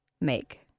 make